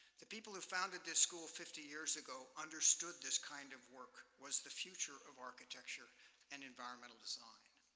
the people who founded this school fifty years ago understood this kind of work was the future of architecture and environmental design.